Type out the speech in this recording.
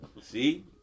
See